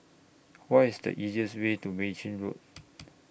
What IS The easiest Way to Mei Chin Road